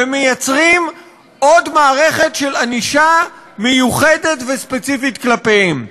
ומייצרים עוד מערכת של ענישה מיוחדת וספציפית כלפיהם.